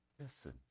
listen